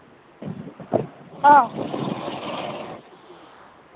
ꯑ